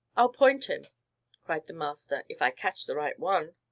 i'll point him cried the master, if i catch the right one.